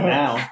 now